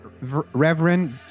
Reverend